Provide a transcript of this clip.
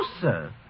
sir